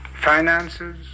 Finances